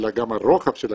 אלא גם הרוחב של הכבישים,